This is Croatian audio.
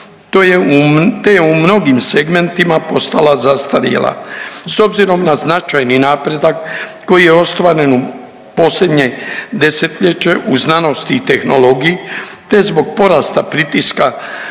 te je u mnogim segmentima postala zastarjela. S obzirom na značajni napredak koji je ostvaren posljednje desetljeće u znanosti i tehnologiji te zbog porasta pritiska